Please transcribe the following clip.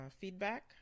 feedback